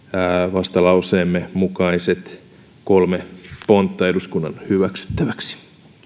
vastalauseemme mukaiset kolme pontta eduskunnan hyväksyttäväksi